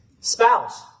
spouse